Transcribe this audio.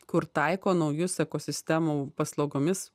kur taiko naujus ekosistemų paslaugomis